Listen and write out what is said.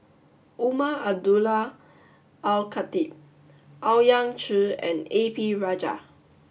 Umar Abdullah Al Khatib Owyang Chi and A P Rajah